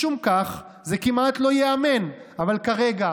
משום כך, זה כמעט לא ייאמן, אבל כרגע